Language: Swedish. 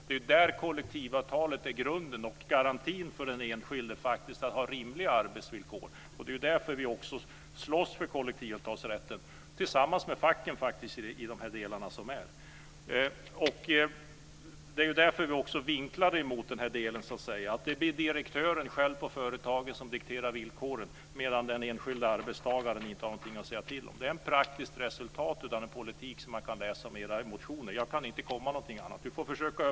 Det är ju där kollektivavtalet är grunden och garantin för den enskilde att ha rimliga arbetsvillkor. Det är därför vi också slåss för kollektivavtalsrätten tillsammans med facken. Det är därför vi också vinklar det så här. Det blir direktören själv på företaget som dikterar villkoren, medan den enskilde arbetstagaren inte har någonting att säga till om. Det är ett praktiskt resultat av den politik man kan läsa om i era motioner. Jag kan inte komma fram till någonting annat.